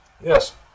Yes